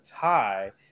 tie –